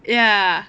ya